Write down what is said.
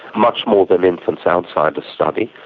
much more than infants outside the study.